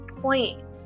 point